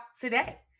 today